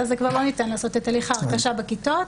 אז כבר לא ניתן לעשות את הליך ההרכשה בכיתות,